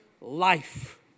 life